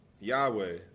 Yahweh